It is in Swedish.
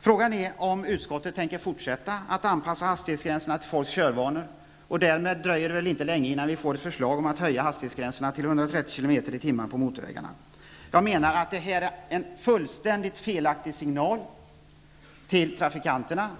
Frågan är om utskottet tänker fortsätta att föreslå att hastighetsgränserna skall anpassas till folks körvanor. Därmed dröjer det väl inte länge förrän det kommer förslag om att höja hastighetsgränserna till 130 kilometer i timmen på motorvägar. Jag menar att detta utgör en fullständigt felaktig signal till trafikanterna.